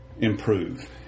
improve